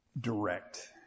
direct